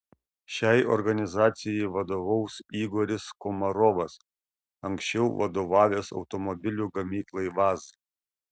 šiai organizacijai vadovaus igoris komarovas anksčiau vadovavęs automobilių gamyklai vaz